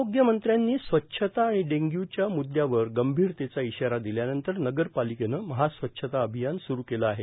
आरोग्य मंत्र्यांनी स्वच्छता आणि डेंग्यच्या मुद्यावर गंभिरतेचा इशारा दिल्यानंतर नगर पालिकेने महास्वच्छता अभियान स्रु केले आहे